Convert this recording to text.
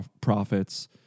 profits